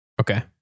Okay